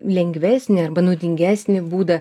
lengvesnį arba naudingesnį būdą